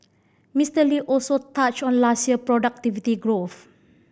Mister Lee also touched on last year productivity growth